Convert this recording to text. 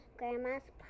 grandma's